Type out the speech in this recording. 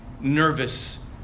nervous